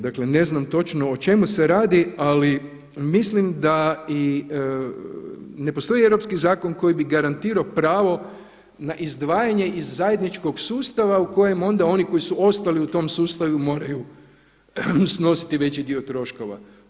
Dakle, ne znam točno o čemu se radi, ali mislim da i ne postoji europski zakon koji bi garantirao pravo na izdvajanje iz zajedničkog sustava u kojem onda oni koji su ostali u tom sustavu moraju snositi veći dio troškova.